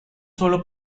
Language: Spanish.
solo